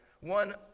One